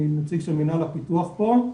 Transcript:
אני נציג של מנהל הפיתוח פה.